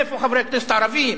איפה חברי הכנסת הערבים?